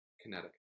Connecticut